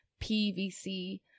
PVC